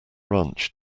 ranch